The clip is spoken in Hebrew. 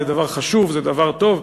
זה דבר חשוב, זה דבר טוב.